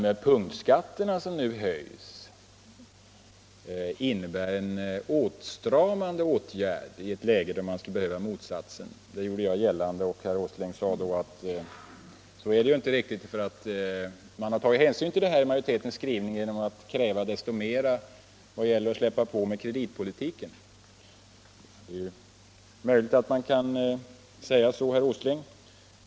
Att punktskatterna nu höjs innebär en åtstramande åtgärd i ett läge där man skulle behöva motsatsen. Det gjorde jag gällande, och herr Åsling sade då att man har tagit hänsyn till detta i majoritetens skrivning genom att kräva desto större frihet för kreditpolitiken. Det är möjligt att man kan säga så, herr Åsling.